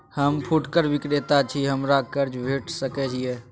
हम फुटकर विक्रेता छी, हमरा कर्ज भेट सकै ये?